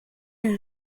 and